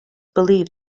believed